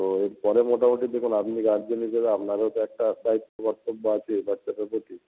তো এরপরে মোটামুটি দেখুন আপনি গার্জেন হিসেবে আপনারও তো একটা দায়িত্ব কর্তব্য আছে বাচ্চাটার প্রতি